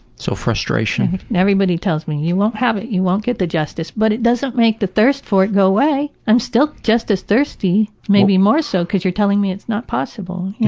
so frustration? everybody tells me, you won't have it. you won't get the justice. but it doesn't make the thirst for it go away. i'm still justice-thirsty maybe more so because you're telling me it's not possible. you